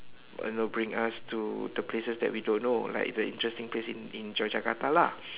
you know bring us to the places that we don't know like the interesting place in in Yogyakarta lah